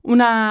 Una